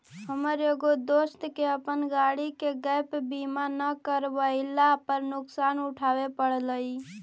हमर एगो दोस्त के अपन गाड़ी के गैप बीमा न करवयला पर नुकसान उठाबे पड़लई